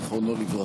זיכרונו לברכה.